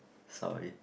sorry